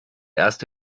erst